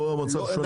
פה המצב שונה.